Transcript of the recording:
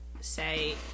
say